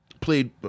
Played